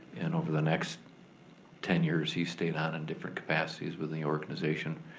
and over the next ten years he stayed on in different capacities with the organization.